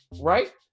right